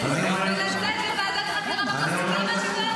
ולצאת לוועדת חקירה ממלכתית.